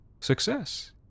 Success